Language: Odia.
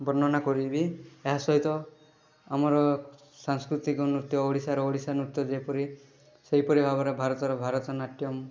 ବର୍ଣ୍ଣନା କରିବି ଏହା ସହିତ ଆମର ସାଂସ୍କୃତିକ ନୃତ୍ୟ ଓଡ଼ିଶାର ଓଡ଼ିଶା ନୃତ୍ୟ ଯେପରି ସେହିପରି ଭାବରେ ଭାରତର ଭାରତନାଟ୍ୟମ